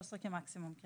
13 כמקסימום.